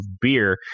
Beer